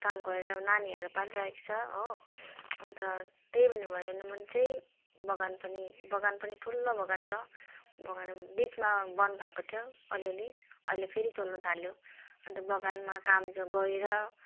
काम गरेर नानीहरू पालिरहेको छ हो अन्त त्यही पनि भएन भने चाहिँ बगान पनि बगान पनि ठुलो बगान छ बगान बिचमा बन्द भएको थियो अलिअलि अहिले फेरि चल्नुथाल्यो अन्त बगानमा काम जो गएर